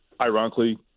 ironically